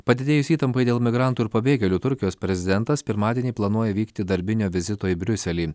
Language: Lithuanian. padidėjus įtampai dėl migrantų ir pabėgėlių turkijos prezidentas pirmadienį planuoja vykti darbinio vizito į briuselį